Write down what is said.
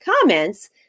comments